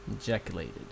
Ejaculated